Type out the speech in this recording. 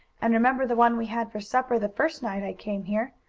and remember the one we had for supper the first night i came here,